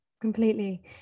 completely